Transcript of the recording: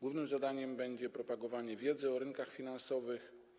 Głównym jego zadaniem będzie propagowanie wiedzy o rynkach finansowych.